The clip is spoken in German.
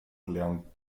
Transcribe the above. lernt